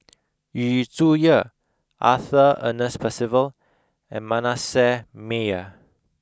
Yu Zhuye Arthur Ernest Percival and Manasseh Meyer